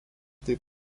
taip